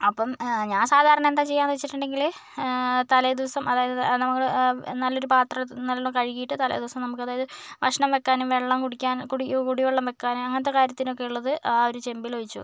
അപ്പം ഞാൻ സാധാരണ എന്താ ചെയ്യുകയെന്ന് വെച്ചിട്ടുണ്ടെങ്കിൽ തലേദിവസം അതായത് നമ്മൾ നല്ലൊരു പാത്രത്തിൽ നല്ലതു പോലെ കഴുകിയിട്ട് തലേദിവസം നമുക്കതായത് ഭക്ഷണം വെക്കാനും വെള്ളം കുടിക്കാനും കുടി കുടിവെള്ളം വെക്കാനും അങ്ങനത്തെ കാര്യത്തിനൊക്കെയുള്ളത് ആ ഒരു ചെമ്പിലൊഴിച്ച് വെക്കും